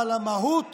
אבל המהות